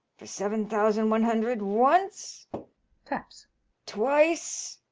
for seven thousand one hundred. once taps twice